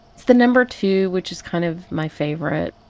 it's the number two, which is kind of my favorite,